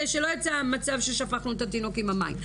ולוודא שלא יצא מצב ששפכנו את התינוק עם המים.